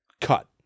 Cut